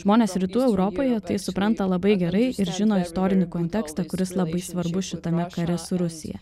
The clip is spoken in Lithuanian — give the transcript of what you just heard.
žmonės rytų europoje tai supranta labai gerai žino istorinį kontekstą kuris labai svarbus šitame kare su rusija